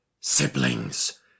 Siblings